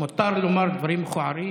מותר לומר דברים מכוערים,